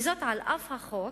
וזאת על אף החוק,